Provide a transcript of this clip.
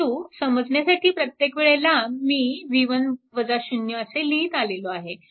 परंतु समजण्यासाठी प्रत्येक वेळी मी असे लिहीत आलेलो आहे